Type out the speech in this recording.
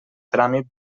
tràmit